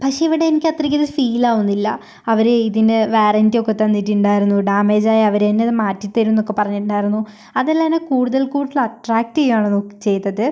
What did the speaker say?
പക്ഷെ ഇവിടെ എനിക്കത്രയ്ക്ക് ഇത് ഫീലാകുന്നില്ല അവര് ഇതിനു വാറൻറ്റിയൊക്കെ തന്നിട്ടുണ്ടായിരുന്നു ഡാമേജായാൽ അവര് തന്നെ മാറ്റി തരും എന്നൊക്കെ പറഞ്ഞിട്ടുണ്ടായിരുന്നു അതെല്ലാം എന്നെ കൂടുതൽ കൂടുതൽ അട്രാക്റ്റ് ചെയ്യുകയാണ് നമുക്ക് ചെയ്തത്